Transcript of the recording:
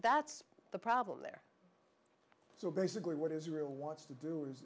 that's the problem there so basically what israel wants to do